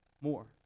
more